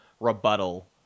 rebuttal